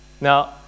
now